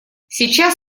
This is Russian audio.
сейчас